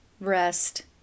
rest